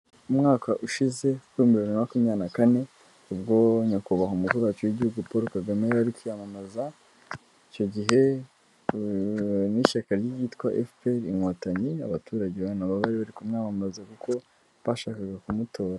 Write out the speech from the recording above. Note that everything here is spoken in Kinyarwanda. Umwaka ushize ibihumbi bibiri na makumyabiri na kane, ubwo nyakubahwa umukuru wacu w'igihugu Paul Kagame yari kwiyamamaza, icyo gihe n'ishyaka rye ryitwa FPR Inkotanyi, abaturage urabo na bo bari bari kumwamamaza kuko bashakaga kumutora.